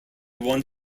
one